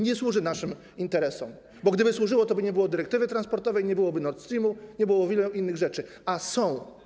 Nie służy ono naszym interesom, bo gdyby służyło, toby nie było dyrektywy transportowej, nie byłoby Nord Streamu, nie byłoby wielu innych rzeczy, a są.